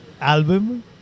album